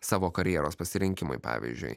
savo karjeros pasirinkimui pavyzdžiui